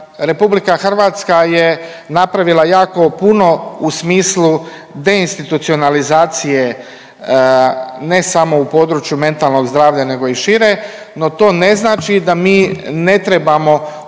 puno posla. RH je napravila jako puno u smislu deinstitucionalizacije ne samo u području mentalnog zdravlja nego i šire, no to ne znači da mi ne trebamo